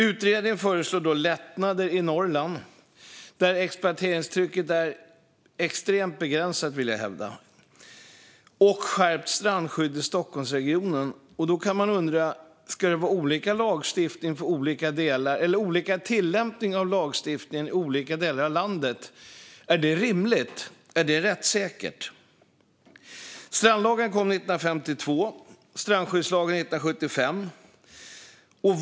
Utredningen föreslår lättnader i Norrland, där jag vill hävda att exploateringstrycket är extremt begränsat, och skärpt strandskydd i Stockholmsregionen. Då kan man undra: Ska det vara olika lagstiftningar för olika delar eller olika tillämpningar av lagstiftningen i olika delar av landet? Är det rimligt? Är det rättssäkert? Strandlagen kom 1952. Strandskyddslagen kom 1975.